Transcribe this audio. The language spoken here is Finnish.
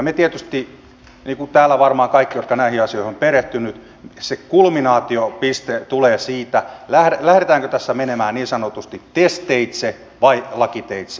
meille tietysti niin kuin täällä varmaan kaikille jotka näihin asioihin ovat perehtyneet se kulminaatiopiste tulee siitä lähdetäänkö tässä menemään niin sanotusti tes teitse vai lakiteitse